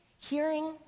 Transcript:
Hearing